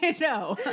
No